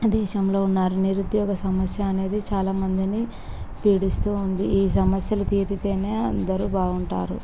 దేశంలో వున్నారు నిరుద్యోగ సమస్య అనేది చాలా మందిని పీడిస్తూ ఉంది ఈ సమస్యలు తీరితేనే అందరూ బాగుంటారు